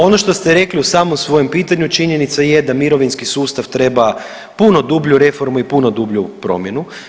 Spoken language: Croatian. Ono što ste rekli u samom svojem pitanju činjenica je da mirovinski sustav treba puno dublju reformu i puno dublju promjenu.